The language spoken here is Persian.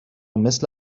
مثل